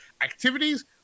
activities